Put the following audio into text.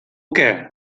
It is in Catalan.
què